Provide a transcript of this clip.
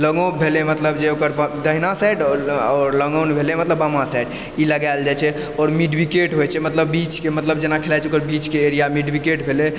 long off भेलै मतलब जे ओकर दाहिना साइड आओर लॉन्ग ऑन भेलै मतलब बाँमा साइड इ लगाएल जाइ छै और मिड विकेट होइ छै मतलब बिच के मतलब जेना खेलाइ छै ओकर बिच के एरिया मिड विकेट भेलै